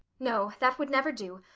no, that would never do.